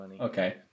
okay